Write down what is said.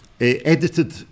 edited